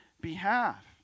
behalf